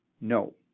no